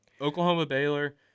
Oklahoma-Baylor